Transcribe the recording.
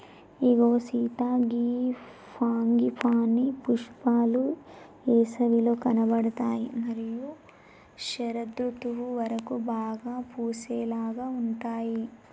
ఇగో సీత గీ ఫ్రాంగిపానీ పుష్పాలు ఏసవిలో కనబడుతాయి మరియు శరదృతువు వరకు బాగా పూసేలాగా ఉంటాయి